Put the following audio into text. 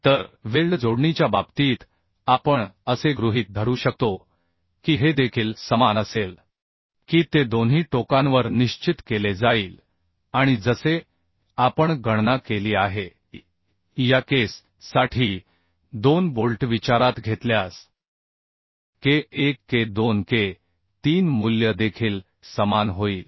तर वेल्ड जोडणीच्या बाबतीत आपण असे गृहीत धरू शकतो की हे देखील समान असेल की ते दोन्ही टोकांवर निश्चित केले जाईल आणि जसे आपण गणना केली आहे की या केस साठी दोन बोल्ट विचारात घेतल्यास K 1 K 2 K 3 मूल्य देखील समान होईल